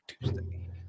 Tuesday